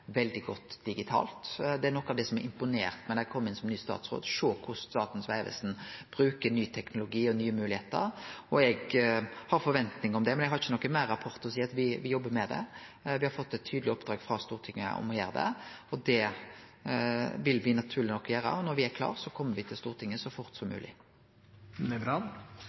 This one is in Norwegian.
kom inn som ny statsråd, å sjå korleis Statens vegvesen brukar ny teknologi og nye moglegheiter. Eg har òg ei forventing om det, men eg har ikkje noko meir å rapportere enn at me jobbar med det. Vi har fått eit tydeleg oppdrag frå Stortinget om å gjere det. Det vil me naturleg nok gjere, og når me er klare, kjem me til Stortinget så fort som